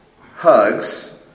hugs